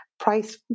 price